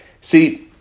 see